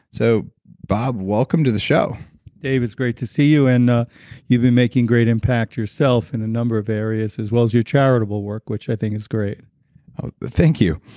so, bob welcome to the show dave it's great to see you and you've been making great impact yourself in a number of areas as well as your charitable work, which i think is great thank you.